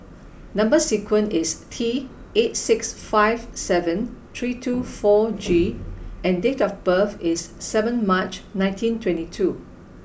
number sequence is T eight six five seven three two four G and date of birth is seven March nineteen twenty two